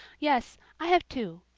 yes, i have two.